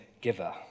giver